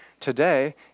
Today